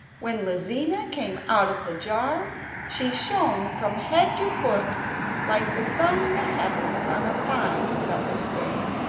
when lizina came out of the jar she shone from head to foot like the sun in the heavens on a fine summer's day.